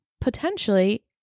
potentially